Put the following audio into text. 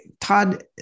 Todd